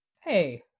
Hey